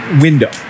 window